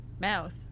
mouth